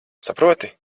saproti